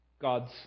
God's